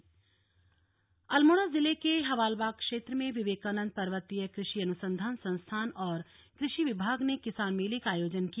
किसान मेला अल्मोड़ा जिले के हवालबाग क्षेत्र में विवेकानन्द पर्वतीय कृषि अनुसंधान संस्थान और कृषि विभाग ने किसान मेले का आयोजन किया